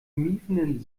miefenden